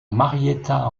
marietta